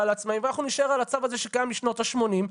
לעצמאים ואנחנו נישאר על הצו הזה שקיים משנות ה-80.